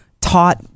taught